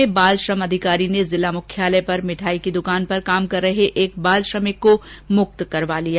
चूरू में बाल श्रम अधिकारी ने जिला मुख्यालय पर मिठाई की द्वकान पर काम कर रहे एक बाल श्रमिक को मुक्त करवा लिया